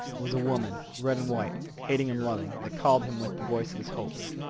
it was a woman, red and white, hating and loving, that called him with the voice of his hopes.